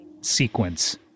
sequence